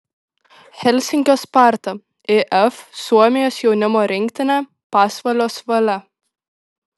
helsinkio sparta if suomijos jaunimo rinktinė pasvalio svalia